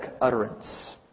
utterance